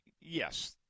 yes